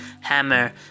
hammer